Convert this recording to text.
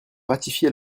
ratifier